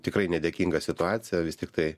tikrai nedėkinga situacija vis tiktai